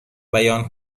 بیان